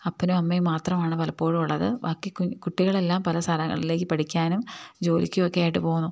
അപ്പനും അമ്മയും മാത്രമാണ് പലപ്പോഴുമുള്ളത് ബാക്കി കുട്ടികളെല്ലാം പല സ്ഥലങ്ങളിലേക്ക് പഠിക്കാനും ജോലിക്കുമൊക്കെയായിട്ട് പോകുന്നു